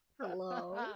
Hello